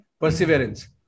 Perseverance